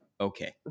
okay